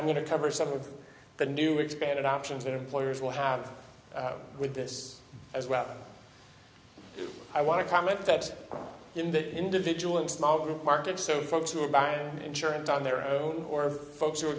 i'm going to cover some of the new expanded options that employers will have with this as well i want to comment that in the individual and small group market so folks who are buying insurance on their own or folks who are